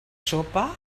sopa